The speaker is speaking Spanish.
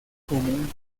común